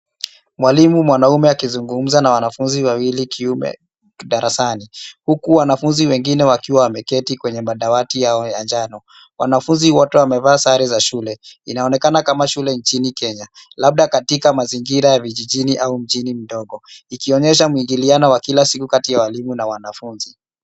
Mwalimu mwanaume akizungumza na wanafunzi wawili kiume darasani huku wanafunzi wengine wakiwa wameketi kwenye madawati yao ya njano. Wanafunzi wote wamevaa sare za shule. Inaonekana kama shule nchini Kenya, labda katika mazingira ya vijijini au mjini mdogo ikionyesha mwingiliano wa kila siku kati ya walimu na wanafunzi.